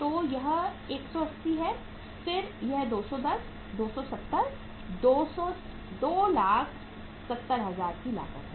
तो यह 180 है फिर 210 270 270000 की लागत है